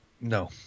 No